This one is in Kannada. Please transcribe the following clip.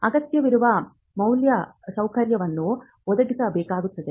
ಅಗತ್ಯವಿರುವ ಮೂಲಸೌಕರ್ಯವನ್ನು ಒದಗಿಸಬೇಕಾಗುತ್ತದೆ